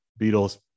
beatles